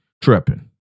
Tripping